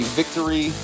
victory